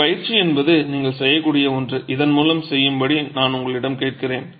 ஒரு பயிற்சி என்பது நீங்கள் செய்யக்கூடிய ஒன்று இதன் மூலம் செய்யும்படி நான் உங்களிடம் கேட்கிறேன்